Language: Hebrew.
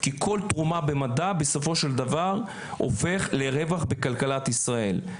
כי כל תרומה במדע בסופו של דבר הופכת לרווח בכלכלת ישראל.